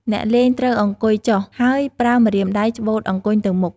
អ្នកលេងត្រូវអង្គុយចុះ ហើយប្រើម្រាមដៃច្បូតអង្គញ់ទៅមុខ ។